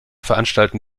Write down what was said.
veranstalten